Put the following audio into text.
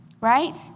right